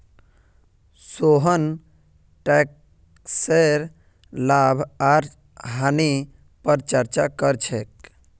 सोहन टैकसेर लाभ आर हानि पर चर्चा कर छेक